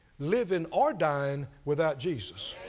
living or dying without jesus.